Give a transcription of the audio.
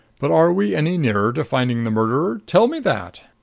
but are we any nearer to finding the murderer? tell me that.